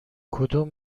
کدوم